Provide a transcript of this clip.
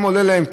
כמה עולה להם?